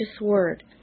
word